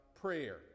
prayer